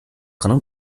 可能